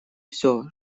все